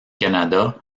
canada